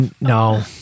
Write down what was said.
No